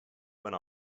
went